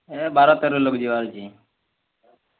ଏ ବାର ତେର ଲୋକ୍ ଯିବାର୍ ଅଛି